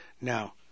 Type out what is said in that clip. Now